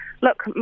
look